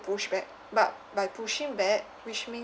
push back but by pushing back which mean